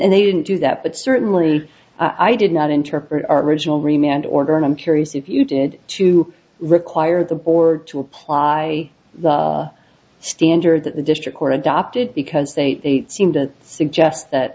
and they didn't do that but certainly i did not interpret our original remained order and i'm curious if you did to require the board to apply the standard that the district court adopted because they seem to suggest